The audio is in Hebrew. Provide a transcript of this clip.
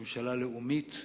שהיא ממשלה לאומית,